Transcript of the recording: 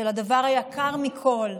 של הדבר היקר מכול,